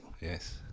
Yes